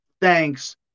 thanks